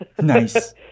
Nice